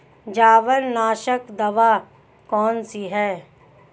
जवार नाशक दवा कौन सी है?